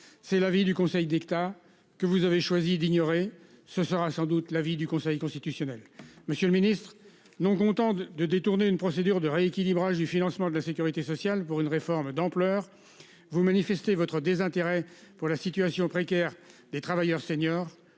c'est l'avis du Conseil d'État que vous avez choisi d'ignorer ce sera sans doute l'avis du Conseil constitutionnel. Monsieur le Ministre, non content de de détourner une procédure de rééquilibrage du financement de la Sécurité sociale pour une réforme d'ampleur. Vous manifestez votre désintérêt pour la situation précaire des travailleurs seniors